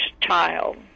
child